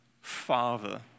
Father